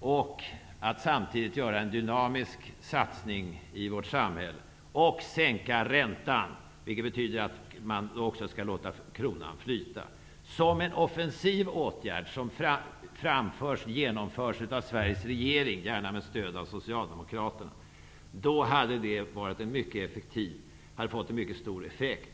och att samtidigt göra en dynamisk satsning i vårt samhälle och att sänka räntan. Det betyder att man skall låta kronan flyta. Som en offensiv åtgärd -- genomförd av Sveriges regering, gärna med stöd av Socialdemokraterna -- hade detta fått mycket stor effekt.